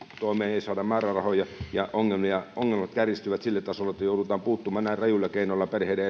ei saada määrärahoja ja ongelmat kärjistyvät sille tasolle että joudutaan puuttumaan näin rajuilla keinoilla perheiden